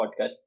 podcast